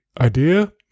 idea